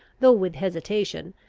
though with hesitation,